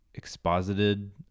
exposited